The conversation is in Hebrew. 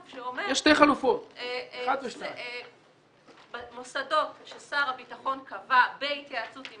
שאומר מוסדות ששר הביטחון קבע בהתייעצות עם